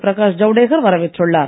பிரகாஷ் ஜவடேகர் வரவேற்றுள்ளார்